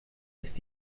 ist